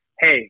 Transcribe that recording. hey